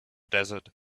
desert